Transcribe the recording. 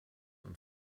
und